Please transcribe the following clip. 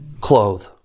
Clothe